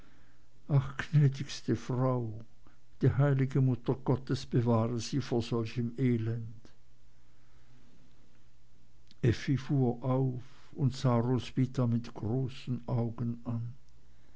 ach gnädigste frau die heil'ge mutter gottes bewahre sie vor solchem elend effi fuhr auf und sah roswitha mit großen augen an